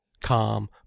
Calm